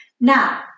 Now